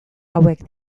hauek